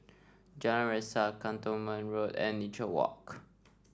Jalan Resak Cantonment Road and Nature Walk